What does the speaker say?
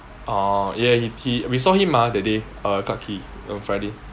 orh ya he we saw him mah that day uh clarke quay on friday